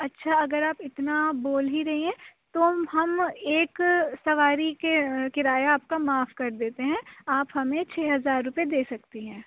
اچھا اگر آپ اتنا بول ہی رہی ہیں تو ہم ایک سواری کے کرایہ آپ کا معاف کر دیتے ہیں آپ ہمیں چھ ہزار روپے دے سکتی ہیں